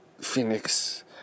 Phoenix